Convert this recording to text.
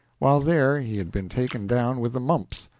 while there he had been taken down with the mumps,